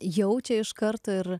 jaučia iš karto ir